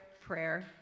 Prayer